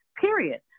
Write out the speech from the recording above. period